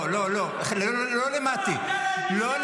לא למטי.